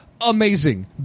amazing